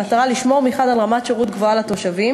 במטרה לשמור מחד על רמת שירות גבוהה לתושבים